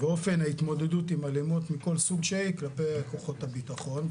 ואופן התמודדות עם אלימות מכל סוג שהיא כלפי כוחות הביטחון.